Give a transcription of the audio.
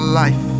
life